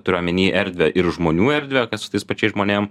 turiu omeny erdvę ir žmonių erdvę kad su tais pačiais žmonėm